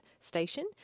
station